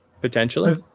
Potentially